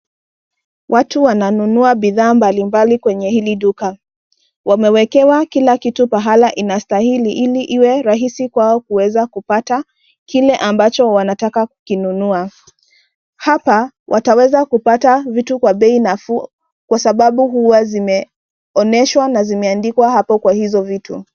Watu wananunua bidhaa mbali mbali kwenye hili duka wamewekewa kila kitu pahala inastahili ili iwe rahisi kwao kuweza kupata kile ambacho wanataka kukinunua. Hapa wataweza kupata vitu kwa bei nafuu kwa sababu huwa zime onyeshwa na zimeandikwa hapo kwa hizo vitu.